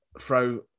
throw